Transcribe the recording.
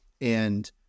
And-